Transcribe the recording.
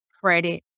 Credit